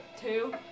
two